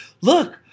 look